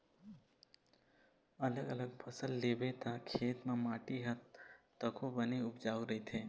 अलग अलग फसल लेबे त खेत के माटी ह तको बने उपजऊ रहिथे